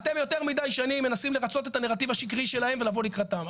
אתם יותר מדי שנים מנסים לרצות את הנרטיב השקרי שלהם ולבוא לקראתם.